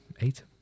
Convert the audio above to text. eight